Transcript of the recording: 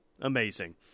Amazing